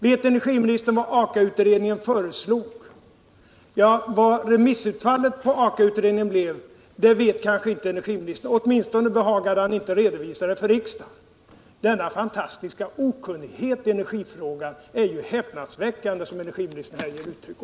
Vet energiministern vad Akautredningen föreslog? Vad remissutfallet på Aka-utredningen blev vet kanske inte energiministern, åtminstone behagade han inte redovisa det för riksdagen. Den fantastiska okunnighet i energifrågor som energiministern här ger uttryck för är ju häpnadsväckande! Energiforskning, 120